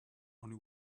only